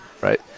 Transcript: right